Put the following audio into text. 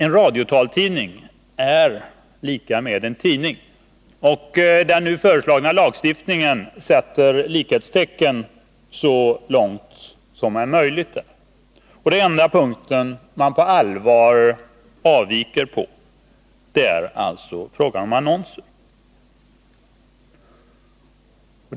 En radiotaltidning är lika med en tidning. Den nu föreslagna lagstiftningen sätter detta likhetstecken så långt det är möjligt. Den enda punkt där man på allvar avviker från detta är när det gäller annonserna.